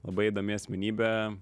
labai įdomi asmenybė